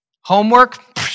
Homework